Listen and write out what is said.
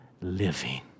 living